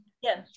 yes